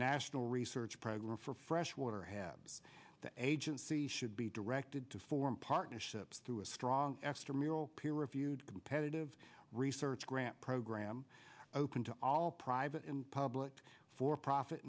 national research program for fresh water have the agency should be directed to form partnerships through a strong extramural peer reviewed competitive research grant program open to all private and public for profit